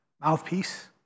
mouthpiece